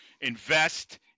invest